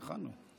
היכן הוא?